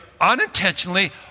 unintentionally